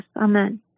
amen